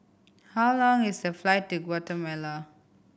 how long is the flight to Guatemala